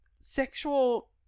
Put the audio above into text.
sexual